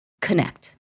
connect